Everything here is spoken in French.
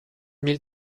mille